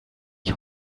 ich